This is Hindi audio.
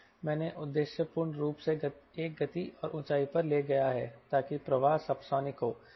मैंने उद्देश्यपूर्ण रूप से एक गति और ऊंचाई पर ले लिया है ताकि प्रवाह सबसोनिक हो